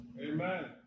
Amen